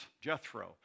Jethro